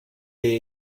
lès